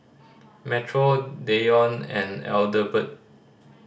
Metro Deion and Adelbert